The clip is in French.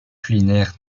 culinaire